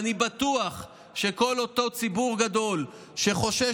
ואני בטוח שכל אותו ציבור גדול שחושש